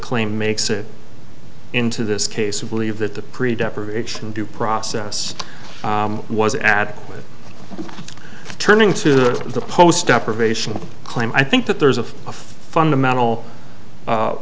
claim makes it into this case a believe that the pre deprivation due process was adequate turning to the post deprivation of the claim i think that there's a fundamental